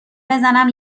بزنم